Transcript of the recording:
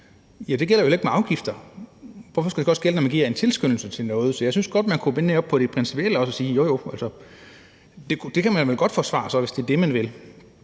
ikke gælder ved afgifter, så hvorfor skulle det gælde, når man giver en tilskyndelse til noget? Så jeg synes godt, man kunne binde det op på det principielle og sige, at det kan man vel godt forsvare, hvis det er det, man vil.